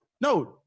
No